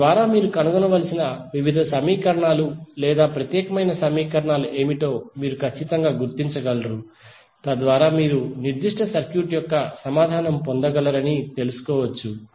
తద్వారా మీరు కనుగొనవలసిన వివిధ సమీకరణాలు లేదా ప్రత్యేకమైన సమీకరణాలు ఏమిటో మీరు ఖచ్చితంగా గుర్తించగలరు తద్వారా మీరు నిర్దిష్ట సర్క్యూట్ యొక్క సమాధానం పొందగలరని తెలుసుకోవచ్చు